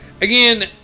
again